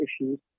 issues